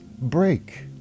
break